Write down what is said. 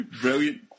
Brilliant